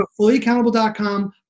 fullyaccountable.com